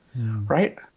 right